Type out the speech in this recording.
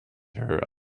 her